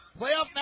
Playoff